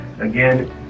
again